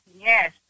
yes